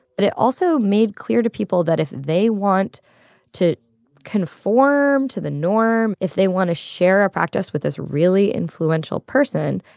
but it also made clear to people that if they want to conform to the norm, if they want to share a practice with this really influential person,